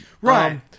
Right